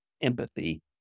empathy